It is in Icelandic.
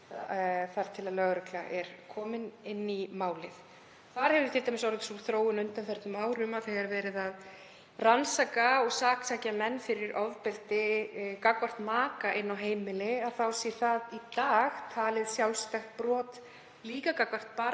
þar til lögregla er komin inn í málið. Þar hefur t.d. orðið sú þróun á undanförnum árum að þegar verið er að rannsaka og saksækja menn fyrir ofbeldi gagnvart maka inni á heimili er það í dag talið sjálfstætt brot, líka gagnvart barni